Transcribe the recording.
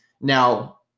Now